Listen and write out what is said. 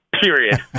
Period